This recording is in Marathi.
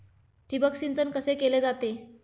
ठिबक सिंचन कसे केले जाते?